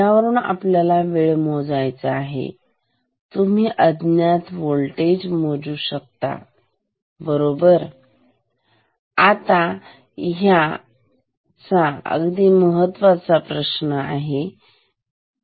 यावरून आपल्याला वेळ मोजायचा आहे तुम्ही अज्ञात वोल्टेज मोजू शकता बरोबर आता ह्या अगदी महत्वाचा प्रश्न आहे इथे